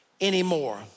anymore